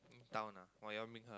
down ah or you want make her